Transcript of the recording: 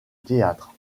théâtre